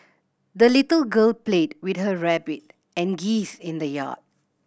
the little girl played with her rabbit and geese in the yard